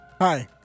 Hi